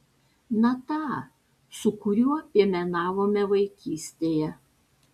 na tą su kuriuo piemenavome vaikystėje